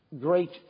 Great